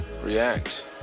react